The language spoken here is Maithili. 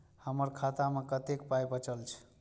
हमर खाता मे कतैक पाय बचल छै